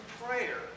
prayer